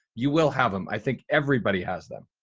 you will have them. i think everybody has them.